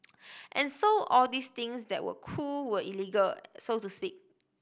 and so all these things that were cool were illegal so to speak